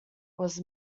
was